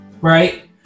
right